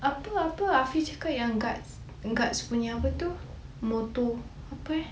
apa apa afiq cakap yang guards guards nya motto apa eh